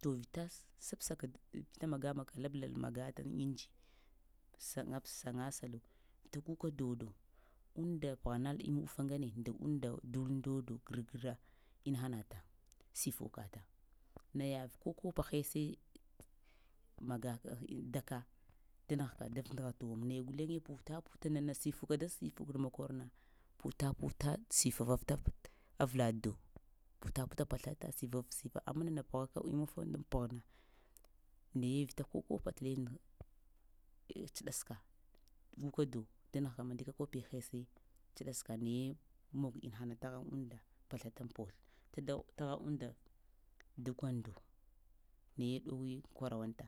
Too vita sabsaka vita maga magaka lablalm magata aŋ inji saŋbsaŋgsalo to goka dodo unda pghanal imufa ŋgne nda unda dol ndodo gargra inahanatan shifukatan naye ko kopa həisai magaka dka da nahka ndaf-ndagha dughum naye guleŋe puta-puta nana shifuka sa da shifukna makurna puta-puta shifarafta avla duk puta-puta pstafa shifavafshifa amma nana pghaka imufa nda pghna naye vita ko kopa tale stɗaska guka do da nəghka mandika kopi həisai tsɗaska nayee mag inahana taghan unda psla unpuslo tda taghan dukando naye ɗowee kwarawanta